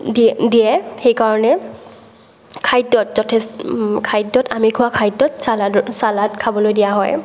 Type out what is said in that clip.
দিয়ে দিয়ে সেইকাৰণে খাদ্যত খাদ্যত আমি খোৱা খাদ্যত ছালাদ খাবলৈ দিয়া হয়